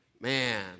man